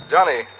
Johnny